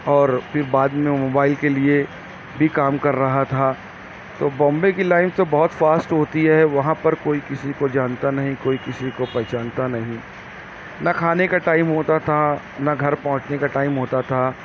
اور پھر بعد میں موبائل کے لیے بھی کام کر رہا تھا تو بامبے کی لائن تو بہت فاسٹ ہوتی ہے وہاں پر کوئی کسی کو جانتا نہیں کوئی کسی کو پہچانتا نہیں نہ کھانے کا ٹائم ہوتا تھا نہ گھر پہنچنے کا ٹائم ہوتا تھا